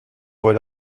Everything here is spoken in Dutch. voor